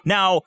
Now